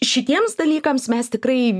šitiems dalykams mes tikrai